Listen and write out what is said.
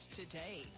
today